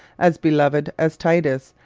as beloved as titus,